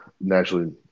naturally